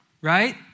right